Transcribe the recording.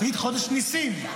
תגיד חודש ניסים.